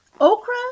Okra